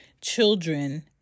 children